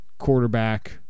Quarterback